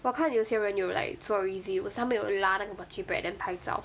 我看有些人有 like 做 reviews 他们有拉那个 mochi bread then /拍照\